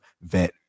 vet